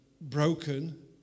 broken